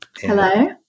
Hello